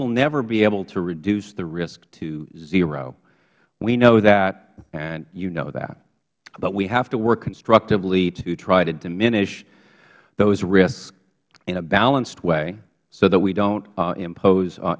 will never be able to reduce the risk to zero we know that and you know that but we have to work constructively to try to diminish those risks in a balanced way so that we don't impose